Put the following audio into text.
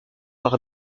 par